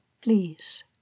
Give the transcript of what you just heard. please